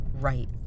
Right